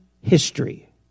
history